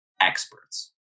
experts